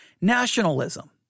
Nationalism